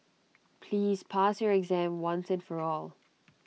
please pass your exam once and for all